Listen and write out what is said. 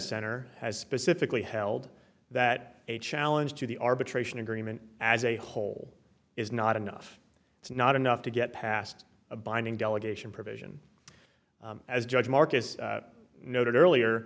center has specifically held that a challenge to the arbitration agreement as a whole is not enough it's not enough to get passed a binding delegation provision as judge marcus noted earlier